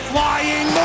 Flying